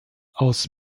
aus